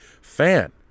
fan